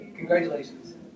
Congratulations